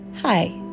Hi